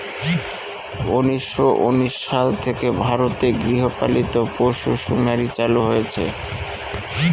উনিশশো উনিশ সাল থেকে ভারতে গৃহপালিত পশুসুমারী চালু হয়েছে